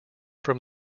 from